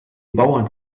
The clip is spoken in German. bauern